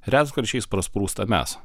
retkarčiais prasprūsta mes